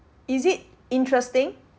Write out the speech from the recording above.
is it interesting